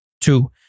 Two